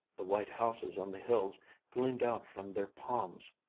the white houses on the hills gleamed out from their palms.